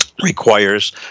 requires